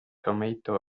tomato